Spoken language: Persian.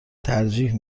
ترجیح